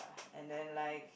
and then like